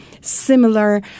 similar